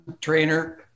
trainer